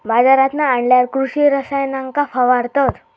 बाजारांतना आणल्यार कृषि रसायनांका फवारतत